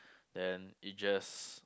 then it just